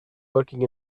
working